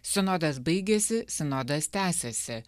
sinodas baigėsi sinodas tęsiasi